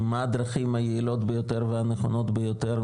מה הדרכים היעילות ביותר והנכונות ביותר,